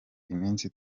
iminsi